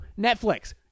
Netflix